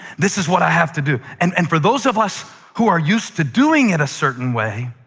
this is what i have to do. and and for those of us who are used to doing it a certain way,